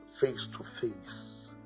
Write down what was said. face-to-face